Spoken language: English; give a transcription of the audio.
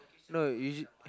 no you~